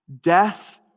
death